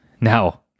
Now